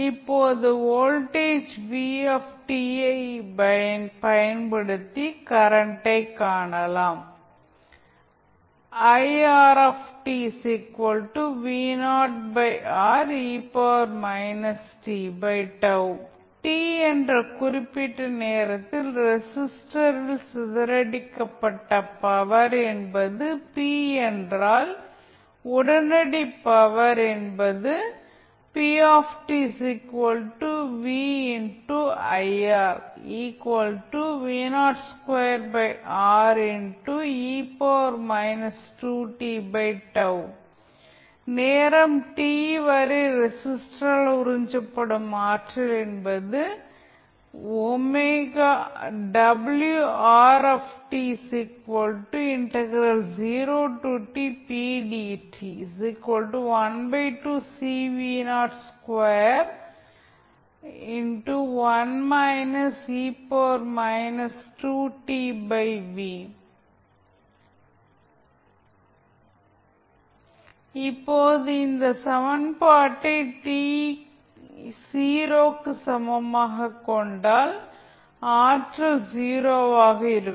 இப்போது voltage v ஐப் பயன்படுத்தி கரண்டை காணலாம் t என்ற குறிப்பிட்ட நேரத்தில் ரெஸிஸ்டரில் சிதறடிக்கப்பட்ட பவர் என்பது P என்றால் உடனடி பவர் என்பது நேரம் t வரை ரெஸிஸ்டரால் உறிஞ்சப்படும் ஆற்றல் என்பது இப்போது இந்த சமன்பாட்டை t ஐ 0 க்கு சமமாகக் கண்டால் ஆற்றல் 0 ஆக இருக்கும்